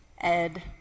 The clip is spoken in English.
Ed